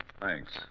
Thanks